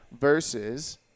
versus